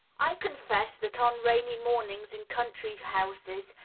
i confess that on rainy mornings in country houses,